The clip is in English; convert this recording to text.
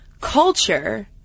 culture